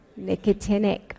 Nicotinic